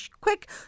quick